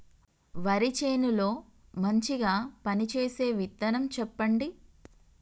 వరి చేను లో మంచిగా పనిచేసే విత్తనం చెప్పండి?